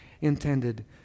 intended